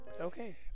Okay